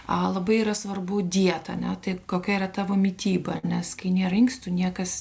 a labai yra svarbu dieta ane tai kokia yra tavo mityba nes kai nėra inkstų niekas